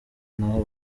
n’aho